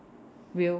will